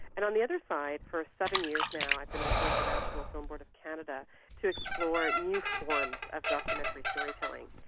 and on the other side, for seven years now i've been working at the national film board of canada to explore new forms of documentary storytelling,